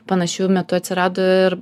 panašiu metu atsirado ir